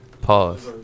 Pause